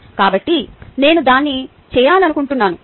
కాబట్టి నేను దాన్ని చేయాలనుకుంటున్నాను